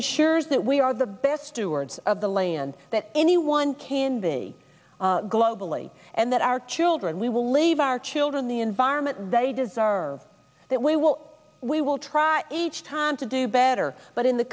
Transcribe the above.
ensures that we are the best stewards of the land that anyone can be globally and that our children we will leave our children the environment they deserve that we will we will try each time to do better but in the